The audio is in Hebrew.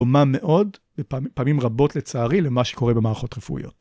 דומה מאוד ופעמים רבות לצערי למה שקורה במערכות רפואיות.